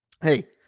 hey